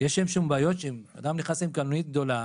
יש שם בעיות: אדם נכנס עם קלנועית גדולה